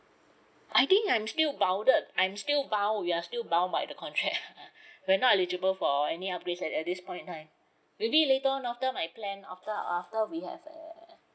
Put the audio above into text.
I think I'm still bounded I'm still bound ya still bound by the contract we're not eligible for any upgrades at at this point right maybe later on after my plan after after we have err